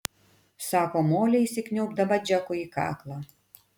sako molė įsikniaubdama džekui į kaklą